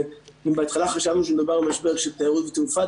ואם בהתחלה חשבנו שמדובר במשבר של תיירות ותעופה,